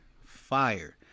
Fire